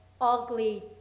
ugly